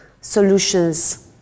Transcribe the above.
solutions